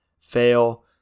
fail